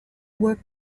work